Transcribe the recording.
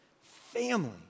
family